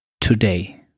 today